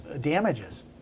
damages